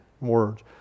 words